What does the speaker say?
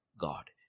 God